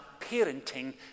parenting